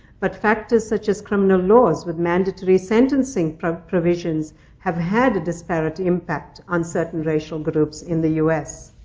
but factors such as criminal laws with mandatory sentencing provisions have had a disparate impact on certain racial groups in the us.